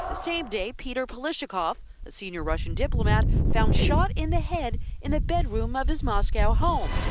ah same day, petr polshikov a senior russian diplomat, found shot in the head in a bedroom of his moscow home.